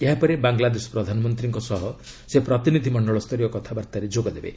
ଏହାପରେ ବାଙ୍ଗଲାଦେଶ ପ୍ରଧାନମନ୍ତ୍ରୀଙ୍କ ସହ ସେ ପ୍ରତିନିଧି ମଣ୍ଡଳ ସ୍ତରୀୟ କଥାବାର୍ତ୍ତାରେ ଯୋଗଦେବେ